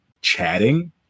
chatting